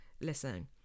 Listen